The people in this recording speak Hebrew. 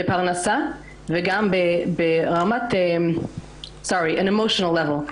בפרנסה וגם ברמה הרגשית.